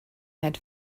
had